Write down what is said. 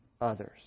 others